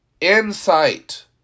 insight